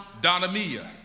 Donamia